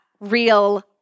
real